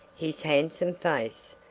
his handsome face,